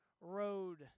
road